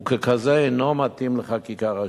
וככזה הוא אינו מתאים לחקיקה ראשית.